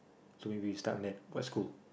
so if we start on that first school